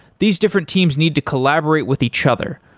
these different teams need to collaborate with each other.